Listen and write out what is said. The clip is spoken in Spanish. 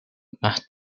más